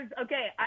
okay